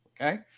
okay